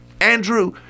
Andrew